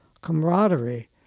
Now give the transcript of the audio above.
camaraderie